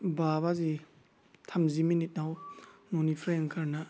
बा बाजि थामजि मिनिटआव न'निफ्राय ओंखारना